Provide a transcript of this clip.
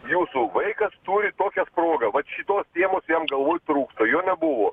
jūsų vaikas turi tokią progą o šitos temos jam galbūt trūksta jo nebuvo